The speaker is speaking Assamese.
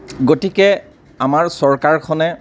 গতিকে আমাৰ চৰকাৰ খনে